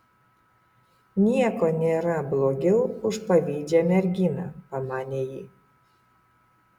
nieko nėra blogiau už pavydžią merginą pamanė ji